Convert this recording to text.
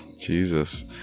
Jesus